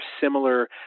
similar